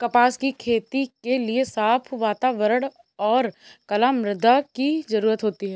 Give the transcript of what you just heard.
कपास की खेती के लिए साफ़ वातावरण और कला मृदा की जरुरत होती है